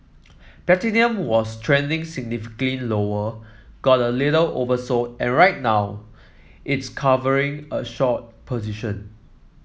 platinum was trending significantly lower got a little oversold and right now it's covering a short position